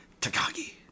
Takagi